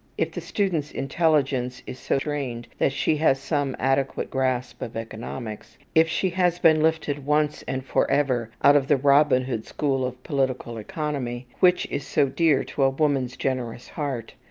if the student's intelligence is so trained that she has some adequate grasp of economics, if she has been lifted once and forever out of the robin hood school of political economy, which is so dear to a woman's generous heart,